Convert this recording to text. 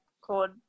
called